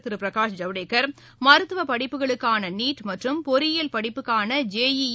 திருபிரகாஷ் ஜவடேக்கர் மருத்துவபடிப்புகளுக்கானநீட் மற்றும் பொறியியல் படிப்புக்கான ஜே இ இ